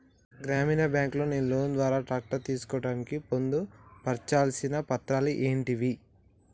గ్రామీణ బ్యాంక్ లో నేను లోన్ ద్వారా ట్రాక్టర్ తీసుకోవడానికి పొందు పర్చాల్సిన పత్రాలు ఏంటివి?